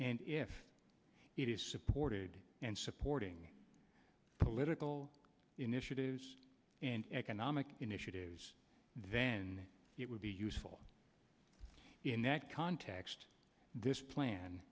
and if it is supported and supporting political initiatives and economic initiatives then it would be useful in that context this plan